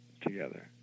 together